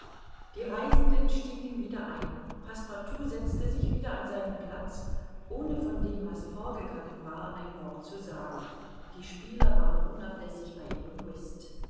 die reisenden stiegen wieder ein passepartout setzte sich wieder an seinen platz ohne von dem was vorgegangen war ein wort zu sagen die spieler waren unablässig bei ihrem whist